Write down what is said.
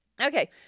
Okay